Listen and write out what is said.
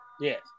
Yes